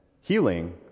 healing